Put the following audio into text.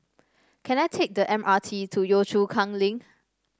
can I take the M R T to Yio Chu Kang Link